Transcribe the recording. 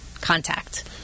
contact